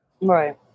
Right